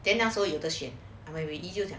then 他所有的选 daddy 就讲